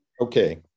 Okay